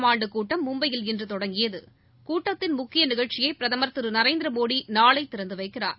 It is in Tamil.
ட் ஆசியஉள்கட்டமைப்பு மும்பையில் இன்றுதொடங்கியதுகூட்டத்தின்முக்கியநிகழ்ச்சியைபிரதமர்திருநரேந்திரமோடிநாளைதிறந்துவைக் கிறார்